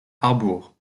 harbour